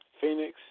Phoenix